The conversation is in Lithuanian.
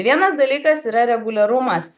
vienas dalykas yra reguliarumas